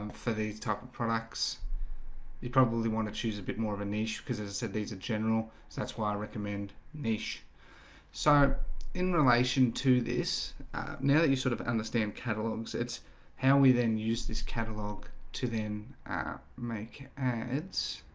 um for these type of products you probably want to choose a bit more of a niche because as i said, these are general so that's why i recommend niche so in relation to this now that you sort of understand catalogs, it's how we then use this catalog to then make ads